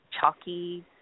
chalky